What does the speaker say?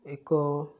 ଏକ